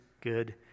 good